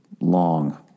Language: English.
long